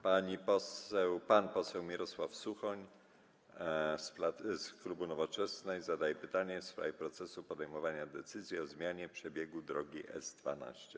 Pan poseł Mirosław Suchoń z klubu Nowoczesnej zadaje pytanie w sprawie procesu podejmowania decyzji o zmianie przebiegu drogi S12.